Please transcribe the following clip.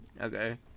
Okay